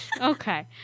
Okay